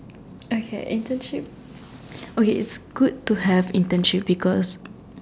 okay internship okay it's good to have internship because